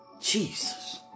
Jesus